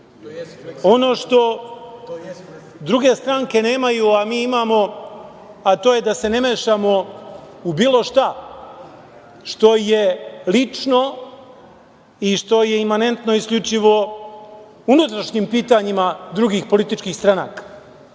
ono što druge stranke nemaju, a mi imamo, a to je da se ne mešamo u bilo šta što je lično i što je imanentno isključivo u unutrašnjim pitanjima drugih političkih stranaka.